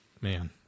Man